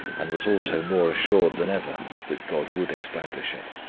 and was also more assured than ever that god would establish it.